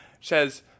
says